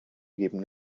geben